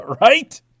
Right